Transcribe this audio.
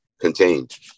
contained